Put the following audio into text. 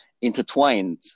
intertwined